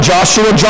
Joshua